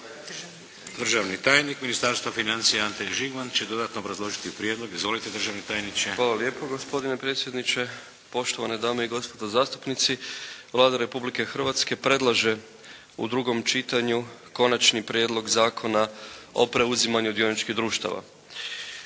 Državni tajnik Ministarstva financija Ante Žigman će dodatno obrazložiti prijedlog. Izvolite državni tajniče! **Žigman, Ante** Hvala lijepo gospodine predsjedniče, poštovane dame i gospodo zastupnici. Vlada Republike Hrvatske predlaže u drugom čitanju Konačni prijedlog Zakona o preuzimanju dioničkih društava.